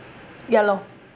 ya lor